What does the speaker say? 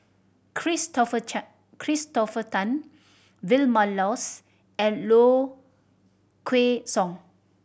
Christopher Christopher Tan Vilma Laus and Low Kway Song